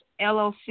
LLC